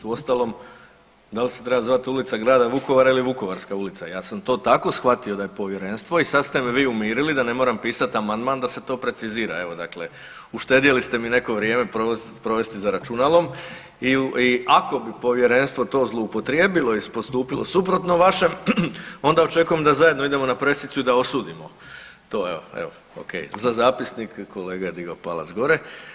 Uostalom dal se treba zvat Ulica grada Vukovara ili Vukovarska ulica, ja sam to tako shvatio da je povjerenstvo i sad ste me vi umirili da ne moram pisat amandman da se to precizira, evo dakle uštedjeli ste mi neko vrijeme provesti za računalom i ako bi povjerenstvo to zloupotrijebilo i postupilo suprotno vašem onda očekujem da zajedno idemo na presicu i da osudimo to evo, evo, okej, za zapisnik kolega je digao palac gore.